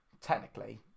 Technically